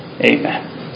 Amen